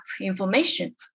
information